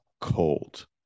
cold